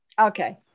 Okay